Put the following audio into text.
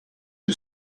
you